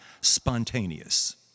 spontaneous